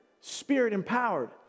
Spirit-empowered